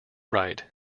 right